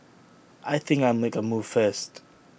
I think I'll make A move first